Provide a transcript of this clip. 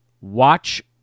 Watch